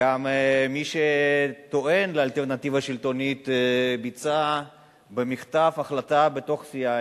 גם מי שטוען לאלטרנטיבה שלטונית ביצע במחטף החלטה בתוך הסיעה,